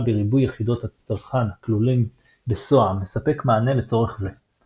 בריבוי יחידות צרכן הכלולים ב SOA מספק מענה לצורך זה.